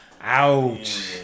Ouch